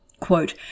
quote